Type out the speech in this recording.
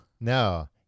No